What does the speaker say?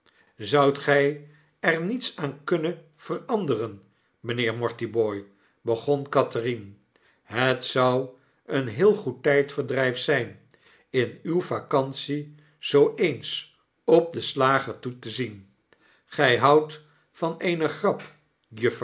zoudt gy er niets aan kunnen veranderen mpheer mortibooi begon catherine het zou een heel goed tydverdrijf zgn in uwe vacantie zoo eens op den slager toe te zien gy houdt van eene grap